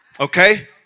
Okay